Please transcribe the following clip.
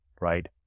right